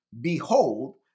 behold